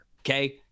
okay